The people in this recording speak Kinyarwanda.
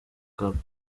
capt